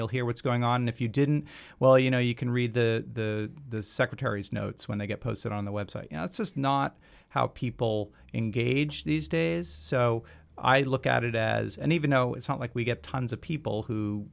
you'll hear what's going on if you didn't well you know you can read the secretary's notes when they get posted on the website you know it's just not how people engage these days so i look at it as and even though it's not like we get tons of people who